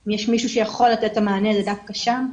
שאם יש מישהו שיכול לתת את המענה, זה דווקא שם.